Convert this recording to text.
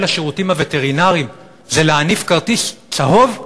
השירותים הווטרינריים זה להניף כרטיס צהוב,